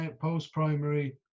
post-primary